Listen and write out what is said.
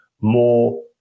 more